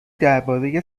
درباره